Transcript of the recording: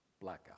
blackout